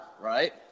right